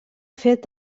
fet